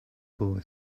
boy